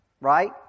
right